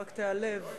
רק תיעלב.